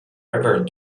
river